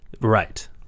right